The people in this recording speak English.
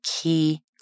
key